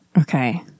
Okay